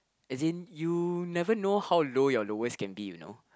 as in you never know how low your lowest can be you know